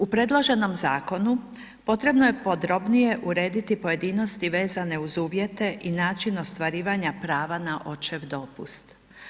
U predloženom zakonu potrebno je podrobnije urediti pojedinosti vezane uz uvjete i način ostvarivanja prava na očev dopust.